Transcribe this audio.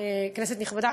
כנסת נכבדה,